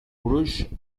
crush